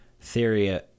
theory –